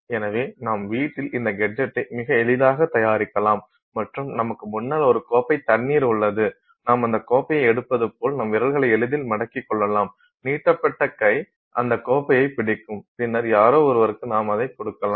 எனவே நாம் வீட்டில் இந்த கேஜெட்டை மிக எளிதாக தயாரிக்கலாம் மற்றும் நமக்கு முன்னால் ஒரு கோப்பைத் தண்ணீர் உள்ளது நாம் அந்த கோப்பையை எடுப்பது போல் நம் விரல்களை எளிதில் மடக்கிக் கொள்ளலாம் நீட்டப்பட்ட கை அந்தக் கோப்பையைப் பிடிக்கும் பின்னர் யாரோ ஒருவருக்கு நாம் அதை குடுக்கலாம்